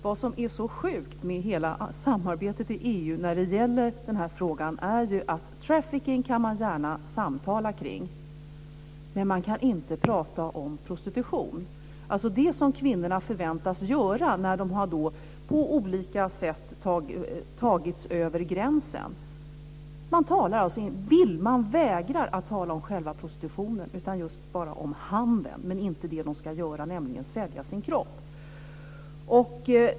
Vad som är så sjukt med hela samarbetet i EU när det gäller denna fråga är ju att man gärna kan samtala om trafficking men att man inte kan tala om prostitution, det som kvinnorna förväntas göra när de på olika sätt har tagits över gränsen. Man vägrar att tala om själva prostitutionen. Man talar bara om själva handeln men inte om det som de ska göra, nämligen sälja sin kropp.